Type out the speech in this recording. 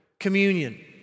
Communion